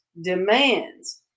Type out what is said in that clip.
demands